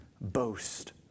boast